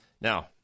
now